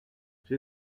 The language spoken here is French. j’ai